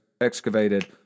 excavated